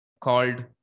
called